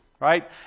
right